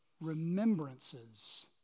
remembrances